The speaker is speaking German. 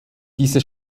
diese